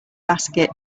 basket